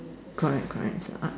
correct correct shut up